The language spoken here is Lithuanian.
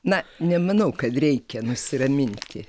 na nemanau kad reikia nusiraminti